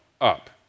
up